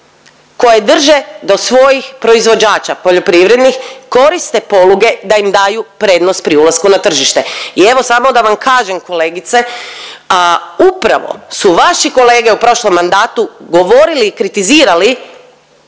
koje drže do svojih proizvođača poljoprivrednih koriste poluge da im daju prednost pri ulasku na tržište. I evo samo da vam kažem kolegice upravo su vaši kolege u prošlom mandatu govorili i kritizirali